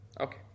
Okay